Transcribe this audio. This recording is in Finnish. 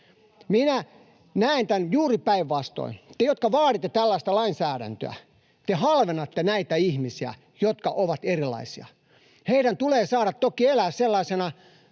Minä näen tämän juuri päinvastoin. Te, jotka vaaditte tällaista lainsäädäntöä, halvennatte näitä ihmisiä, jotka ovat erilaisia. Heidän tulee saada toki elää sellaisina